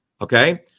okay